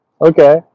Okay